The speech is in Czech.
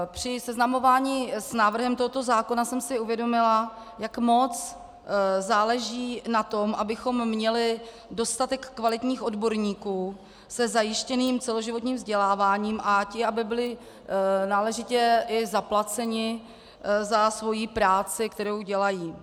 Při seznamování s návrhem tohoto zákona jsem si uvědomila, jak moc záleží na tom, abychom měli dostatek kvalitních odborníků se zajištěným celoživotním vzděláváním a ti aby byli náležitě i zaplaceni za svou práci, kterou dělají.